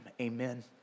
Amen